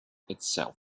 itself